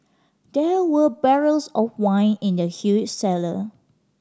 there were barrels of wine in the huge cellar